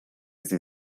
sie